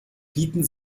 bieten